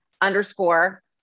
underscore